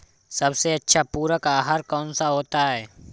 सबसे अच्छा पूरक आहार कौन सा होता है?